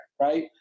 right